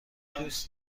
دوست